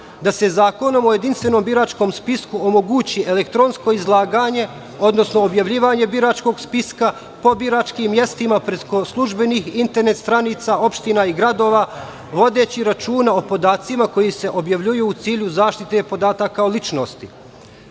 se Zakonom o jedinstvenom biračkom spisku omogući elektronsko izlaganje, odnosno objavljivanje biračkog spiska po biračkim mestima, preko službenih internet stranica opština i gradova, vodeći računa o podacima koji se objavljuju u cilju zaštite podataka o ličnosti.